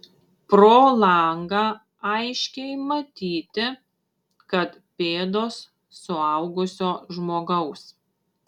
pro langą aiškiai matyti kad pėdos suaugusio žmogaus